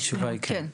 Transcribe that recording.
התשובה היא כן.